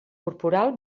corporal